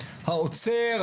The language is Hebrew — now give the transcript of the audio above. האוצר,